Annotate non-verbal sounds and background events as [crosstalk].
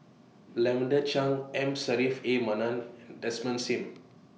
Lavender Chang M [unintelligible] A Manaf and Desmond SIM